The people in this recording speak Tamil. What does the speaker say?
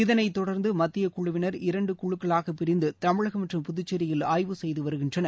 இதனைத் தொடர்ந்து மத்தியக் குழுவினர் இரண்டு குழுக்களாகப் பிரிந்து தமிழகம் மற்றும் புதுச்சேரியில் ஆய்வு செய்து வருகின்றனர்